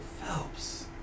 Phelps